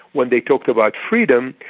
when they talked about freedom,